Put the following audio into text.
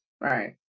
right